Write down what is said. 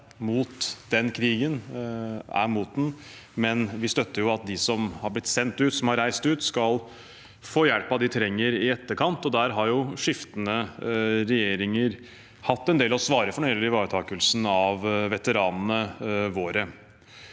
imot den krigen, men vi støtter jo at de som har blitt sendt ut, som har reist ut, skal få den hjelpen de trenger i etterkant. Der har skiftende regjeringer hatt en del å svare for når det gjelder ivaretakelsen av veteranene våre.